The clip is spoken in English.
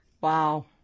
Wow